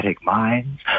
minds